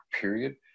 period